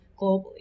globally